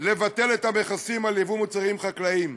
לבטל את המכסים על יבוא מוצרים חקלאיים,